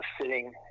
sitting